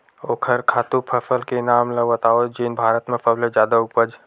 ओखर खातु फसल के नाम ला बतावव जेन भारत मा सबले जादा उपज?